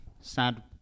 Sad